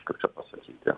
kaip čia pasakyti